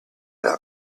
not